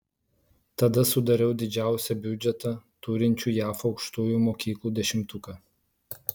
tada sudariau didžiausią biudžetą turinčių jav aukštųjų mokyklų dešimtuką